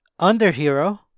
Underhero